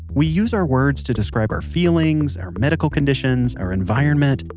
we use our words to describe our feelings, or medical conditions, our environment.